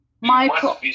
Michael